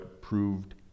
proved